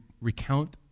recount